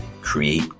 create